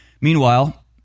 Meanwhile